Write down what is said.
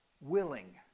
willing